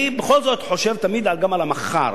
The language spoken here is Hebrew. אני בכל זאת חושב תמיד גם על המחר.